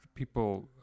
People